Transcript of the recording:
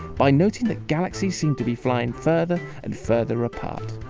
by noting that galaxies seem to be flying further and further apart.